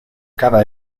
cada